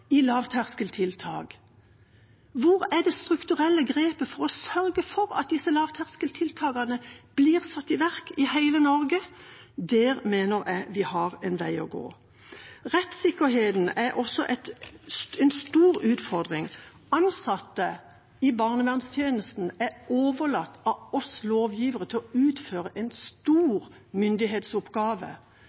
i lavterskeltiltak. Hvor er det strukturelle grepet for å sørge for at disse lavterskeltiltakene blir satt i verk i hele Norge? Der mener jeg vi har en vei å gå. Rettssikkerheten er også en stor utfordring. Ansatte i barnevernstjenesten er overlatt av oss lovgivere å utføre en stor myndighetsoppgave.